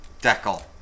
deckle